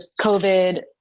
covid